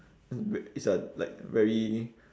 it's a like very